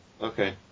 Okay